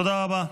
תודה רבה.